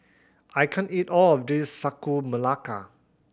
I can't eat all of this Sagu Melaka